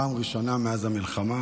זו הפעם הראשונה מאז המלחמה